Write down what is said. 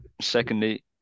secondly